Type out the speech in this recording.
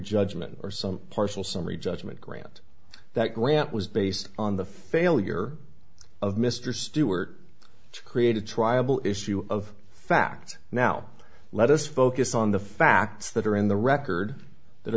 judgment or some partial summary judgment grant that grant was based on the failure of mr stewart to create a triable issue of fact now let us focus on the facts that are in the record that